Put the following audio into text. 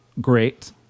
great